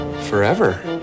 forever